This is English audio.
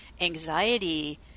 anxiety